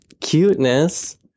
cuteness